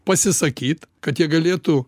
pasisakyt kad jie galėtų